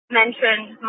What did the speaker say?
mentioned